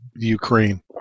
Ukraine